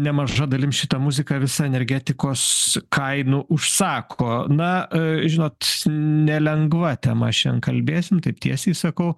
nemaža dalim šitą muziką visą energetikos kainų užsako na žinot nelengva tema šiandien kalbėsim taip tiesiai sakau